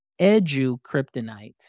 edu-kryptonite